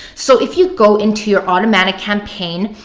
so if you go into your automatic campaign,